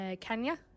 Kenya